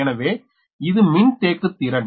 எனவே இது மின்தேக்குத் திறன்